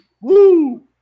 Woo